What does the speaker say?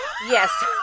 Yes